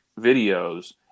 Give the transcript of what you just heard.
videos